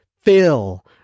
Phil